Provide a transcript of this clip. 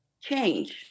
change